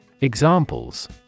Examples